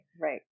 Right